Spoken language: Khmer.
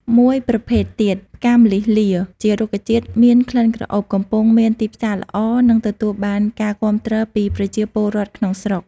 មួយប្រភេទទៀត ផ្កាម្លិះលា ជារុក្ខជាតិមានក្លិនក្រអូប កំពុងមានទីផ្សារល្អ និងទទួលបានការគាំទ្រ ពីប្រជាពលរដ្ឋក្នុងស្រុក